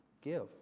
Give